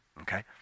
Okay